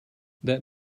that